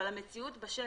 אבל המציאות בשטח,